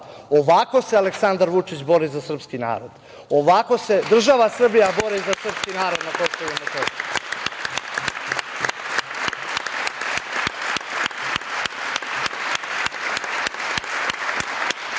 Ovako se Aleksandar Vučić bori za srpski narod. Ovako se država Srbija bori za srpski narod na KiM.Ovim naseljem